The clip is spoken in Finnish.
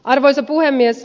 arvoisa puhemies